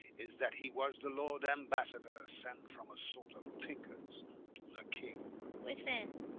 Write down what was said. is, that he was the lord embassador, sent from a sort of tinkers to the king within.